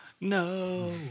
No